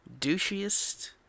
douchiest